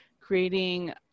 creating